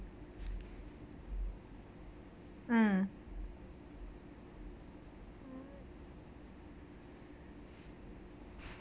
mm